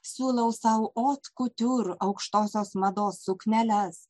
siūlau sau ot kutiur aukštosios mados sukneles